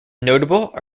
notable